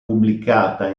pubblicata